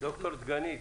ד"ר דגנית,